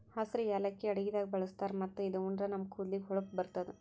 ಹಸ್ರ್ ಯಾಲಕ್ಕಿ ಅಡಗಿದಾಗ್ ಬಳಸ್ತಾರ್ ಮತ್ತ್ ಇದು ಉಂಡ್ರ ನಮ್ ಕೂದಲಿಗ್ ಹೊಳಪ್ ಬರ್ತದ್